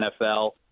NFL